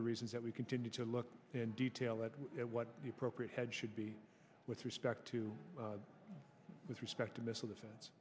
the reasons that we continue to look in detail at what the appropriate head should be with respect to with respect to missile defense